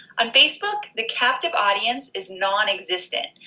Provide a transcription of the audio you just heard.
on facebook the captive audience is none existence.